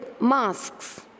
masks